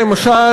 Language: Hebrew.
למשל,